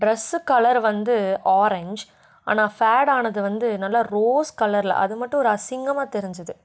dress colour வந்து orange ஆனால் ஃபேடானது வந்து நல்லா ரோஸ் கலர்ல அது மட்டும் ஒரு அசிங்கமாக தெரிஞ்சிது